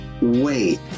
wait